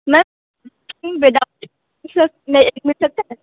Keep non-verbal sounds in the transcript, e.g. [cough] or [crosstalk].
ma'am [unintelligible]